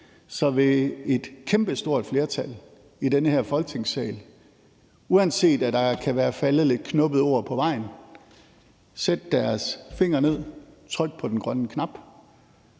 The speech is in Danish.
tid vil et kæmpestort flertal i den her Folketingssal, uanset at der kan være faldet lidt knubbede ord på vejen, sætte deres fingre ned og trykke på den grønne knap.